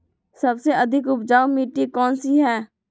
सबसे अधिक उपजाऊ मिट्टी कौन सी हैं?